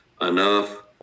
enough